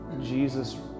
Jesus